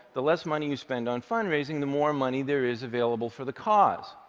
the less money you spend on fundraising, the more and money there is available for the cause.